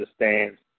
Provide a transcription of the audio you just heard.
understands